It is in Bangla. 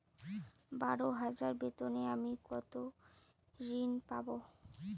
বারো হাজার বেতনে আমি কত ঋন পাব?